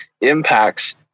impacts